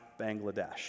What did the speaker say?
Bangladesh